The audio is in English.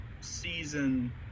season